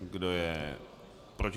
Kdo je proti?